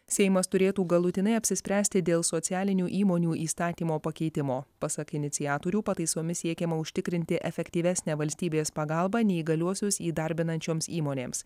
seimas turėtų galutinai apsispręsti dėl socialinių įmonių įstatymo pakeitimo pasak iniciatorių pataisomis siekiama užtikrinti efektyvesnę valstybės pagalbą neįgaliuosius įdarbinančioms įmonėms